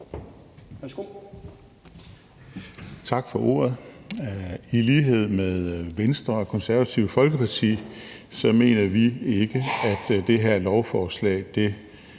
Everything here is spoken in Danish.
Tak for ordet. I lighed med Venstre og Konservative Folkeparti mener vi ikke, at det her lovforslag